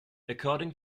according